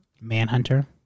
Manhunter